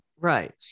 Right